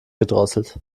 gedrosselt